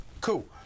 Cool